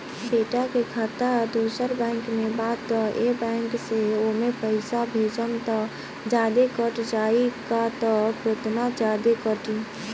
बेटा के खाता दोसर बैंक में बा त ए बैंक से ओमे पैसा भेजम त जादे कट जायी का त केतना जादे कटी?